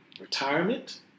retirement